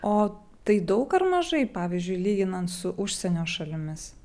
o tai daug ar mažai pavyzdžiui lyginant su užsienio šalimis